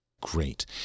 great